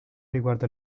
riguarda